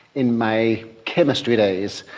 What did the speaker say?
in my chemistry days,